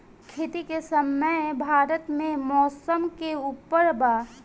खेती के समय भारत मे मौसम के उपर बा